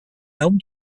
elm